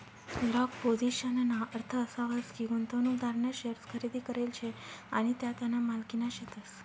long पोझिशनना अर्थ असा व्हस की, गुंतवणूकदारना शेअर्स खरेदी करेल शे आणि त्या त्याना मालकीना शेतस